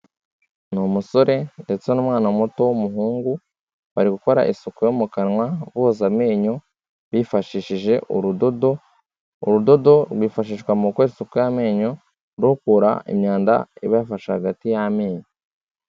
Ni umusore ndetse n'umwana muto w'umuhungu, bari gukora isuku yo mu kanwa boza amenyo bifashishije urudodo, urudodo rwifashishwa mu gukora isuku y'amenyo rukura imyanda iba yafashe hagati y'amenyo.